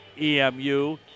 EMU